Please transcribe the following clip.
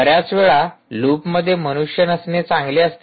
बऱ्याच वेळा लूपमध्ये मनुष्य नसणे चांगले असते